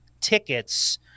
tickets